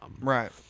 right